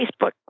Facebook